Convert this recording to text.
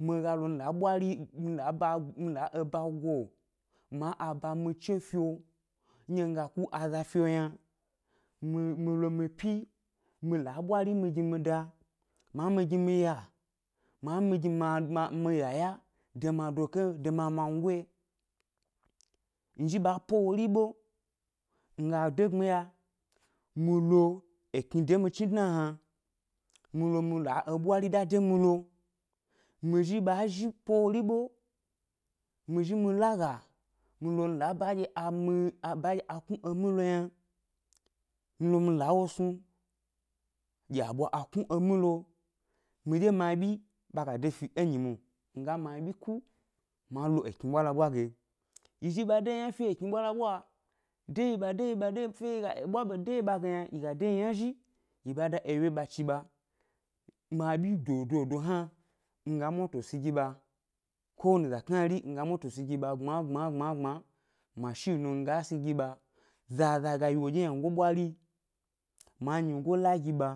Mi ga lo mi la ɓwari mi la mi la eba mi la eba go ma aba mi che fio, nɗye mi ga ku aza fio yna, mi lo mi pyi mi la ɓwari mi gi mi da, ma mi gi ʻya, ma mi gi mi yaya de mi adoke de miamangoyi yi, mi zhi ɓa po wori ɓe mi ga de gbiya mi lo ekni de mi chni dna hna, mi lo mi la eɓwari da de mi lo, mi zhi ɓa zhi po wori ɓe, mi zhi mi laga mi lo mi la baɗye a mi baɗye a knu emi lo yna, mi la wo snu gi a ɓwa a knu emi lo, miɗye miabyi ɓa ga de fi enyi mo, mi ga mi abyi ku ma lo ekni ɓwa la ɓwa ge, yi zhi ɓa de yi yna fi e ekni ɓwala ɓwa lo, de yi ɓa de yi ɓa de fe yi ga ɓwa ɓe de yi ɓa ge yna yi ga de yi yna zhi, yi ɓa dá ewye ɓa chi ɓa, mi abyi dododo hna, mi ga moto si gi ɓa, kowani za knari mi ga moto si gi ɓa gbma gbma gbma gbma, mashi nu mi ga si gi ɓa, zaz ga yi woɗye ynangoyi ɓwari yi, ma nyigo la gi ɓa,